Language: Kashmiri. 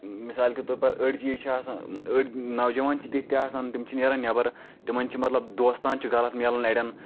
مثال کے طور پر أڑۍ چیٖز چھِ آسان أڑۍ نوجوان چھِ تِتھۍ تہِ آسان تِم چھِ نیران نٮ۪بر تِمن چھُ مطلب دوستان چھُ غلط مِلان اڑٮ۪ن